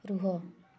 ରୁହ